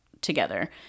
together